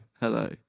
hello